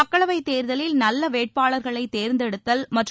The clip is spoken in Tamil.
மக்களவைத் தேர்தலில் நல்ல வேட்பாளர்களை தேர்ந்தெடுத்தல் மற்றும்